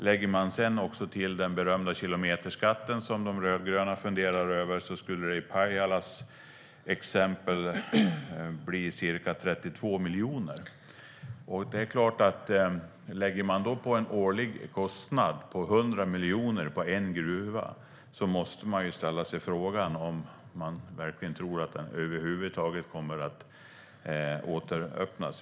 Lägger vi sedan också till den berömda kilometerskatten, som de rödgröna funderar över, skulle det i exemplet Pajala bli ca 32 miljoner. Om man lägger på en kostnad på 100 miljoner på en gruva måste jag ställa frågan om man verkligen tror att den över huvud taget kommer att återöppnas.